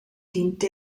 diente